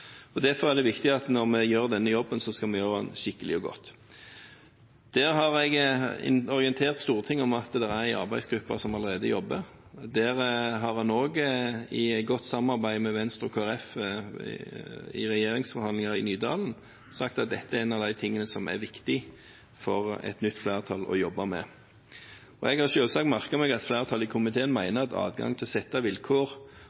og derfor er det viktig at når vi gjør denne jobben, skal vi gjøre den skikkelig og godt. Jeg har orientert Stortinget om at det er en arbeidsgruppe som allerede jobber med dette. Man har også, i godt samarbeid med Venstre og Kristelig Folkeparti i regjeringsforhandlinger i Nydalen, sagt at dette er en av de tingene som er viktig for et nytt flertall å jobbe med. Jeg har selvsagt merket meg at flertallet i komiteen mener at adgang til å sette vilkår